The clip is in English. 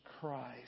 Christ